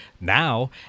now